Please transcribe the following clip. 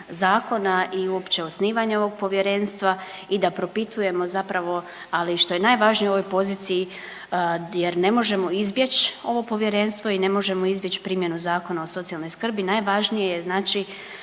zakona i uopće osnivanja ovog povjerenstva i da propitujemo zapravo, ali i što je najvažnije u ovoj poziciji jer ne možemo izbjeći ovo povjerenstvo i ne možemo izbjeći primjenu Zakona o socijalnoj skrbi. Najvažnije je znači